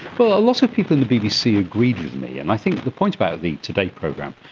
well, a lot of people in the bbc agreed with me. and i think the point about the today program,